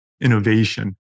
innovation